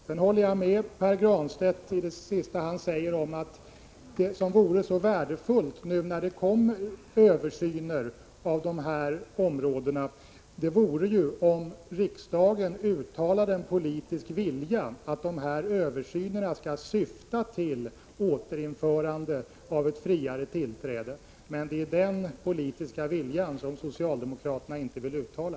Sedan håller jag med Pär Granstedt om att det vore värdefullt, när det nu kommer översyner av de här områdena, om riksdagen uttalade en politisk vilja att översynerna skall syfta till återinförande av ett friare tillträde. Men den politiska viljeyttringen vill socialdemokraterna inte göra.